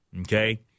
Okay